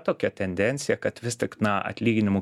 tokia tendencija kad vis tik na atlyginimų